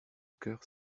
cœur